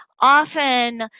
often